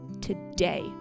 today